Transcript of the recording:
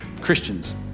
Christians